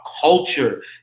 culture